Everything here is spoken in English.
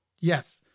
Yes